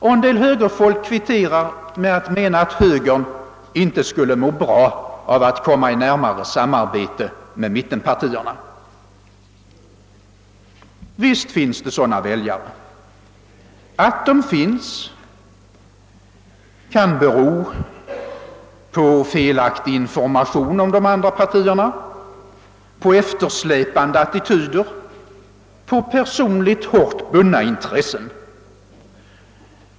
Och en del högerfolk kvitterar med att mena att högern inte skulle må bra av att komma i närmare samarbete med mittenpartierna. Visst finns det sådana väljare. Att de finns kan bero på felaktig information om de andra partierna, på eftersläpande attityder, på personligt hårt bundna intressen.